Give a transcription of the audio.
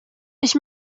ich